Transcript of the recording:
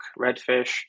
redfish